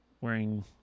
wearing